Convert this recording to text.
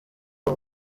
uwo